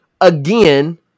Again